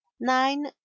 Nine